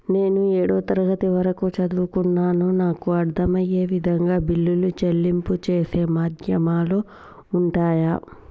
నేను ఏడవ తరగతి వరకు చదువుకున్నాను నాకు అర్దం అయ్యే విధంగా బిల్లుల చెల్లింపు చేసే మాధ్యమాలు ఉంటయా?